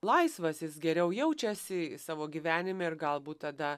laisvas jis geriau jaučiasi savo gyvenime ir galbūt tada